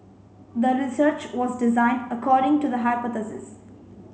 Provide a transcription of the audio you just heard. the research was designed according to the hypothesis